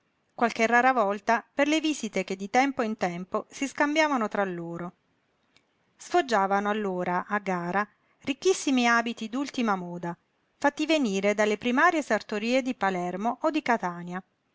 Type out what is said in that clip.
qualche rara volta per le visite che di tempo in tempo si scambiavano tra loro sfoggiavano allora a gara ricchissimi abiti d'ultima moda fatti venire dalle primarie sartorie di palermo o di catania